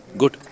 good